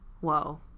whoa